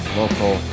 local